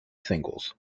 singles